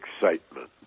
excitement